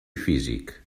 físic